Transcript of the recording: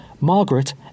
Margaret